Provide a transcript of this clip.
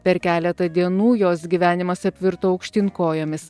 per keletą dienų jos gyvenimas apvirto aukštyn kojomis